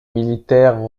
militaire